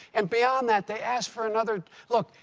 and beyond that, they asked for another look,